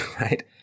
right